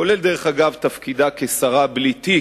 כולל דרך אגב תפקידה כשרה בלי תיק.